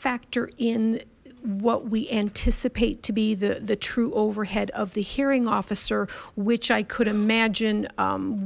factor in what we anticipate to be the the true overhead of the hearing officer which i could imagine